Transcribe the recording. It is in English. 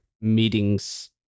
meetings